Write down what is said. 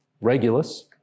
Regulus